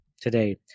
today